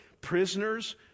Prisoners